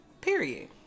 Period